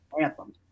Anthem